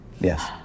Yes